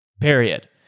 period